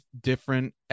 different